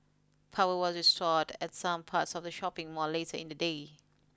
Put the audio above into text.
power was reshored at some parts of the shopping mall later in the day